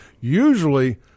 Usually